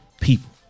people